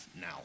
now